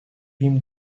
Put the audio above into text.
him